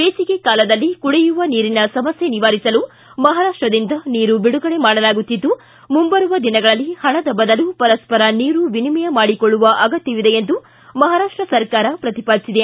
ಬೇಸಿಗೆ ಕಾಲದಲ್ಲಿ ಕುಡಿಯುವ ನೀರಿನ ಸಮಸ್ಯೆ ನಿವಾರಿಸಲು ಮಹಾರಾಪ್ಟದಿಂದ ನೀರು ಬಿಡುಗಡೆ ಮಾಡಲಾಗುತ್ತಿದ್ದು ಮುಂಬರುವ ದಿನಗಳಲ್ಲಿ ಹಣದ ಬದಲು ಪರಸ್ಪರ ನೀರು ವಿನಿಮಯ ಮಾಡಿಕೊಳ್ಳುವ ಅಗತ್ಯವಿದೆ ಎಂದು ಮಹಾರಾಷ್ಟ ಸರ್ಕಾರ ಪ್ರತಿಪಾದಿಸಿದೆ